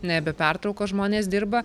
ne be pertraukos žmonės dirba